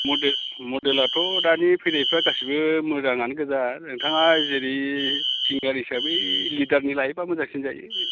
model मडेलाथ' दानि फैनायफोरा गासिबो मोजाङानो गोजा नोंथाङा जेरै थिंगार हिसाबै लिडारनि लायोबा मोजांसिन जायो